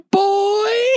boy